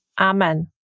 amen